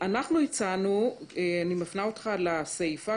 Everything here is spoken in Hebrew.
אנחנו הצענו, אני מפנה אותך לסיפה.